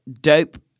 dope